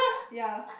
yea